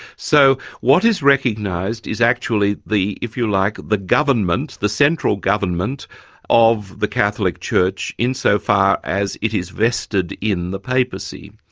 so what is recognised is actually the, if you like, the government, the central government of the catholic church in so far as it is vested in the papacy.